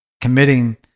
committing